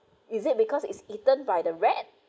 is it because it's eaten by the rat